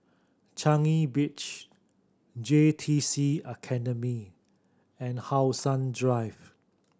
Changi Beach J T C Academy and How Sun Drive